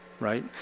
right